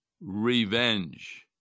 revenge